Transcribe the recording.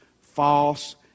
false